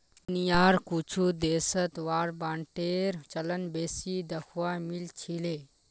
दुनियार कुछु देशत वार बांडेर चलन बेसी दखवा मिल छिले